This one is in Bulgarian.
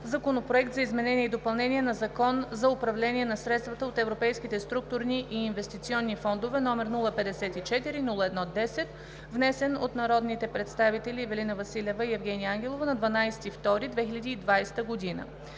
Законопроект за изменение и допълнение на Закон за управление на средствата от Европейските структурни и инвестиционни фондове, № 054-01-10, внесен от народните представители Ивелина Василева и Евгения Ангелова на 12 февруари